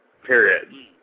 Period